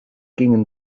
gingen